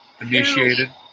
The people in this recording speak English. initiated